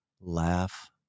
laugh